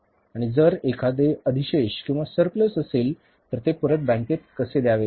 आणि जर एखादे अधिशेष असेल तर ते परत बँकेत कसे द्यावे